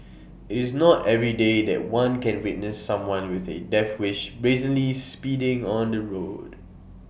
IT is not everyday that one can witness someone with A death wish brazenly speeding on the roads